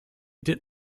did